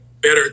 better